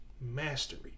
mastery